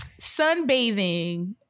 Sunbathing